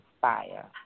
fire